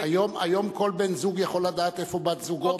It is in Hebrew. היום כל בן-זוג יכול לדעת איפה בת-זוגו,